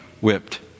whipped